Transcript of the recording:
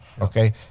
Okay